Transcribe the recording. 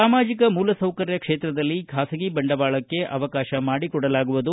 ಸಾಮಾಜಿಕ ಮೂಲಸೌಕರ್ಯ ಕ್ಷೇತ್ರದಲ್ಲಿ ಖಾಸಗಿ ಬಂಡವಾಳಕ್ಕೆ ಅವಕಾಶ ಮಾಡಿಕೊಡಲಾಗುವುದು